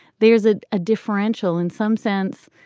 there's a a differential in some sense.